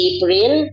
April